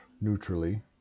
neutrally